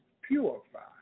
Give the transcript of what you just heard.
purified